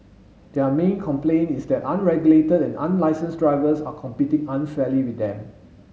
their main complaint is that unregulated and unlicensed drivers are competing unfairly with them